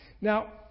Now